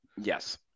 Yes